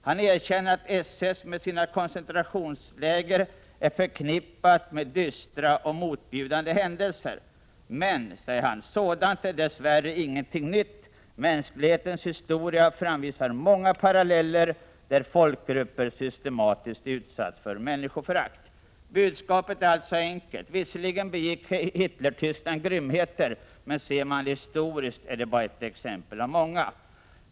Han erkänner att SS — med sina koncentrationsläger — är förknippat med dystra och motbjudande händelser. Han säger emellertid sedan: ”Men sådant är dess värre ingenting nytt. Mänsklighetens historia framvisar många paralleller där folkgrupper systematiskt utsatts för människoförakt.” Budskapet är alltså enkelt: Visserligen begick Hitlertyskland grymheter, men ser man det historiskt är detta bara ett exempel av många.